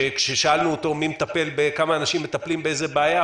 שכששאלנו אותו כמה אנשים מטפלים באיזו בעיה,